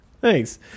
Thanks